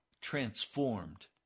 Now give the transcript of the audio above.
transformed